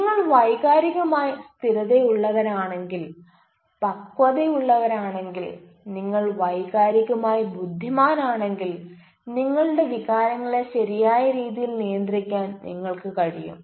നിങ്ങൾ വൈകാരികമായി സ്ഥിരതയുള്ളവരാണെങ്കിൽ പക്വതയുള്ളവരാണെങ്കിൽ നിങ്ങൾ വൈകാരികമായി ബുദ്ധിമാനാണെങ്കിൽ നിങ്ങളുടെ വികാരങ്ങളെ ശരിയായ രീതിയിൽ നിയന്ത്രിക്കാൻ നിങ്ങൾക്ക് കഴിയും